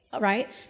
right